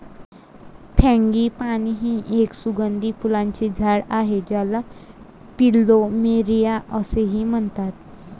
frangipani हे एक सुगंधी फुलांचे झाड आहे ज्याला प्लुमेरिया असेही म्हणतात